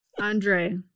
Andre